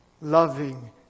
Loving